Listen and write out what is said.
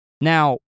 Now